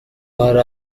hari